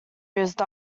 used